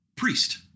priest